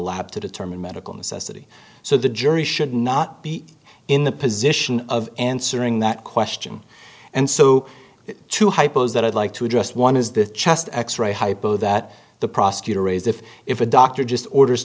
lab to determine medical necessity so the jury should not be in the position of answering that question and so to hypos that i'd like to address one is the chest x ray hypo that the prosecutor raised if if a doctor just orders